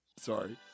Sorry